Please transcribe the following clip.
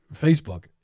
Facebook